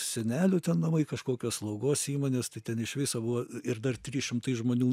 senelių namai kažkokios slaugos įmonės tai ten iš viso buvo ir dar trys šimtai žmonių